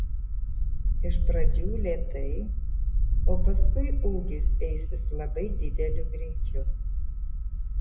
iš pradžių lėtai o paskui ūgis eisis labai dideliu greičiu